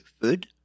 food